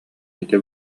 ити